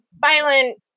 violent